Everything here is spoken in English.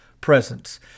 presence